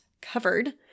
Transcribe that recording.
covered